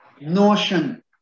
notion